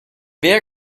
wer